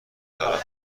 دارم